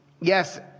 yes